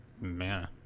man